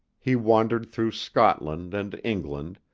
he wandered through scotland and england,